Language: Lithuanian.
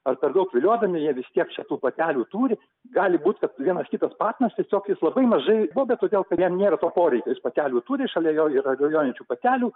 ar per daug viliodami jie vis tiek čia tų patelių turi gali būt kad vienas kitas patinas tiesiog jis labai mažai baubia todėl kad jam nėra to poreikio jis patelių turi šalia jo yra rujojančių patelių